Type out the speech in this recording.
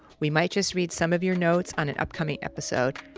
we might just read some of your notes on an upcoming episode.